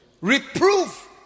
Reprove